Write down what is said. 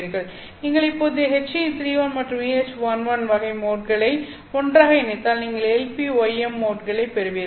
பின்னர் நீங்கள் இந்த HE31 மற்றும் EH11 வகை மோட்களை ஒன்றாக இணைத்தால் நீங்கள் LPνm மோட்களைப் பெறுவீர்கள்